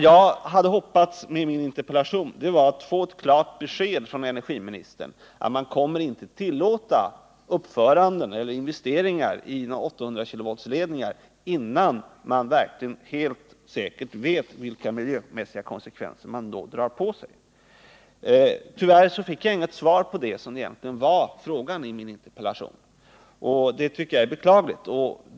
Jag hade med min interpellation hoppats få ett klart besked av energiministern om att man inte kommer att tillåta uppförande av eller investeringar i 800-kV-ledningar, innan man helt säkert vet vilka miljömässiga konsekvenser man då drar på sig. Tyvärr fick jag inte något svar på den egentliga frågan i min interpellation, vilket jag tycker är beklagligt.